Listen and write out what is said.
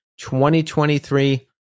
2023